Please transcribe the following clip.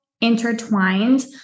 intertwined